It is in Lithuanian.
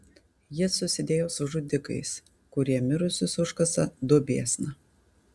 jis susidėjo su žudikais kurie mirusius užkasa duobėsna